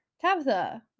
Tabitha